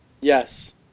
Yes